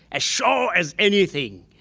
as sure as anything,